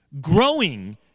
Growing